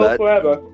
forever